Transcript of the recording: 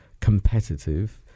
competitive